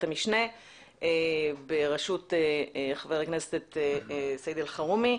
המשנה בראשות חבר הכנסת סעיד אלחרומי.